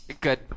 Good